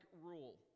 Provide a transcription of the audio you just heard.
rule